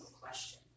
question